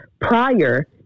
prior